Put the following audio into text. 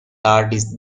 artist